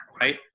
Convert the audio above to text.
right